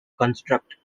construct